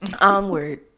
onward